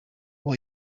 will